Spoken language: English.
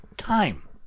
time